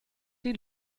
die